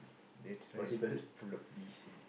that's why he's full of bees